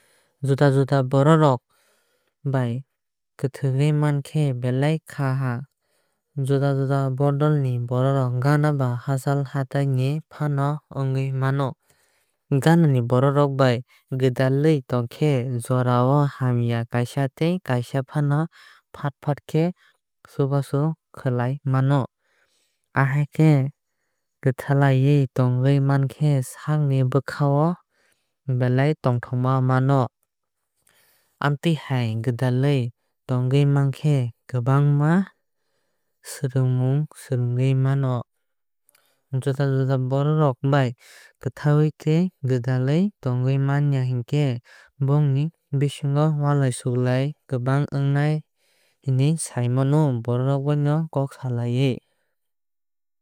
Juda juda borok rok bai kwthaiui mankhe belai kaham. Juda juda bodol ni borok gana ba hachal hatai ni fano ongoi mano. Gana ni borok rok bai gwdalwui tongkhe jora o hamya o kaisa tei kaisa faat faat khe chubachu khlai mano. Ahaikhe kwthailaui tongwui mankhai sakni bwkhao belai tongthokma mano. Amtuihai gwdalwui tongwui maankhe kwbangma swrungmung swrungwui mano. Juda juda borok rok bai kwthaui tei gwlalwui tongwui maan ya hinkhe bongni bisingo walai suklai kwbang wngnai hinoi sai mano borokbai no kok slawuui.